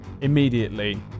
immediately